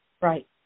Right